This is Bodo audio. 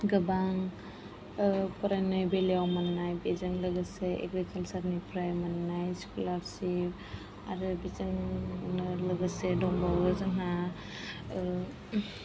गोबां फरायनाय बेलायाव मोननाय बेजों लोगोसे एग्रिकालसारनिफ्राय मोननाय स्क'लारशिप आरो बिजोंनो लोगोसे दंबावो जोंहा